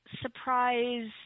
surprise